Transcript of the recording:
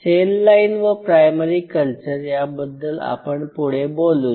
sale line व primary culture याबद्दल आपण पुढे बोलूच